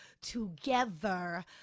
together